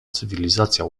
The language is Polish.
cywilizacja